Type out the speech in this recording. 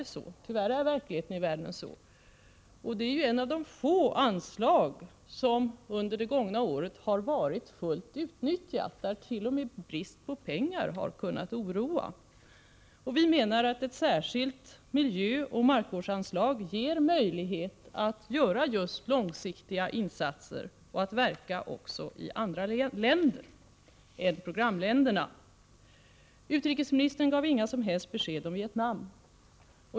Tyvärr är verkligheten i världen sådan. Katastrofanslaget är ett av de få anslag som Nr 120 under det gångna året har varit fullt utnyttjat, där t.o.m. brist på pengar har Onsdagen den kunnat oroa. Vi menar att ett särskilt miljöoch markvårdsanslag ger 17 april 1985 möjlighet att göra just långsiktiga insatser och att verka också i andra länder än programländerna. Utikes : her berg Vv I Internationellt uttri esministern gav inga som helst besked om ietnam.